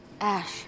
Ash